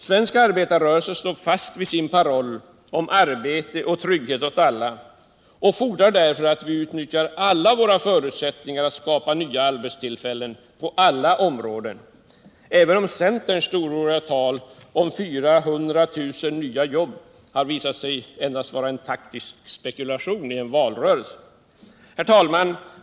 Svensk arbetarrörelse står fast vid sin paroll om arbete och trygghet åt alla och fordrar därför att vi utnyttjar alla våra förutsättningar att skapa nya arbetstillfällen på alla områden, även om centerns storordiga tal om 400 000 jobb har visat sig endast vara en taktisk spekulation i en valrörelse. Herr talman!